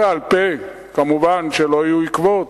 בעל-פה, כמובן, שלא יהיו עקבות,